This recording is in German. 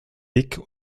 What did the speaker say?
dick